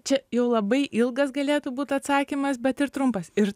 čia jau labai ilgas galėtų būt atsakymas bet ir trumpas ir